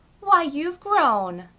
why, you've grown!